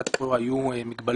עד כה היו מגבלות.